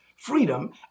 freedom